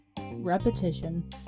repetition